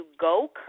go